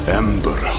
ember